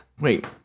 Wait